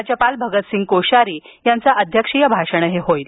राज्यपाल भगतसिंह कोश्यारी यांचं अध्यक्षीय भाषण होणार आहे